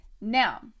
Now